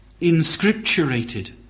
inscripturated